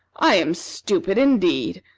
i am stupid, indeed!